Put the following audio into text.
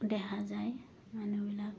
দেখা যায় মানুহবিলাক